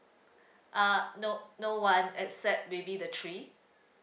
uh no no one except maybe the tree